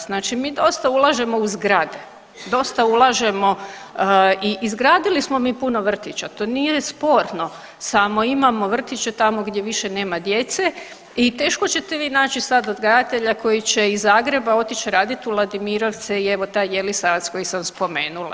Znači mi dosta ulažemo u zgrade, dosta ulažemo i izgradili smo mi puno vrtića, to nije sporno samo imamo vrtiće tamo gdje više nema djece i teško ćete vi naći sada odgajatelja koji će iz Zagreba otići radit u Vladimirovce i evo taj Jelisavac koji sam spomenula.